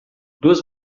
duas